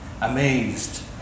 amazed